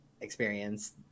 experience